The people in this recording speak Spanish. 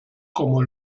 como